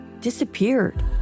disappeared